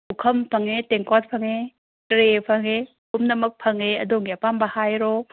ꯄꯨꯈꯝ ꯐꯪꯉꯦ ꯇꯦꯡꯀꯣꯠ ꯐꯪꯉꯦ ꯇ꯭ꯔꯦ ꯐꯪꯉꯦ ꯄꯨꯝꯅꯃꯛ ꯐꯪꯉꯦ ꯑꯗꯣꯝꯒꯤ ꯑꯄꯥꯝꯕ ꯍꯥꯏꯔꯣ